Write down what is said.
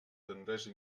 tendresa